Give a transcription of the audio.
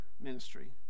ministry